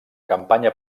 campanya